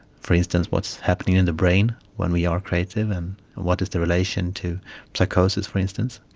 for instance, what is happening in the brain when we are creative, and what is the relation to psychosis, for instance.